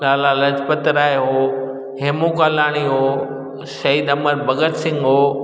लाला लाजपत राय हुओ हेमू कालाणी हुओ शहीद अमर भगत सिंग हुओ